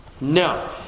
No